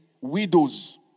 widow's